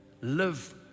Live